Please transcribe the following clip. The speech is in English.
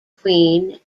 queen